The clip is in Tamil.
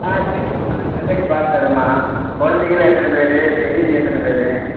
ஆ சரிங்கம்மா அதுக்கு தகுந்தாற்படி பார்த்து தரேன்ம்மா கொழந்தைகலாம் எத்தனை பேர் பெரியவங்க எத்தனை பேர்